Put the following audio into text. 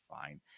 fine